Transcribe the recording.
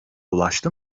ulaştı